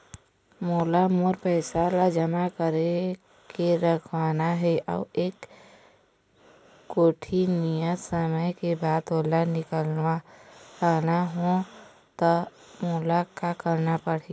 मोला मोर पैसा ला जमा करके रखवाना हे अऊ एक कोठी नियत समय के बाद ओला निकलवा हु ता मोला का करना पड़ही?